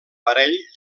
parell